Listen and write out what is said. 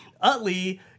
Utley